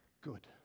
good